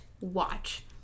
Watch